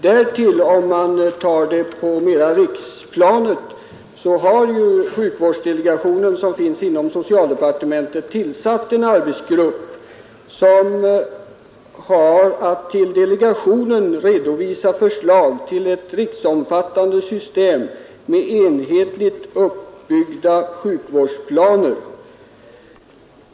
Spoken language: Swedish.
Om man därtill tar det mera på riksplanet, så har ju sjukvårdsdelegationen som finns inom socialdepartementet tillsatt en arbetsgrupp som skall till delegationen redovisa förslag till ett riksomfattande system med enhetligt uppbyggda sjukvårdsplaner.